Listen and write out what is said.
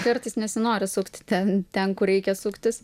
kartais nesinori sukti ten ten kur reikia suktis